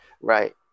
Right